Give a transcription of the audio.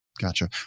Gotcha